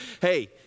Hey